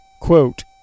quote